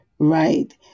Right